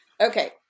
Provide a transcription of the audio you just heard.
Okay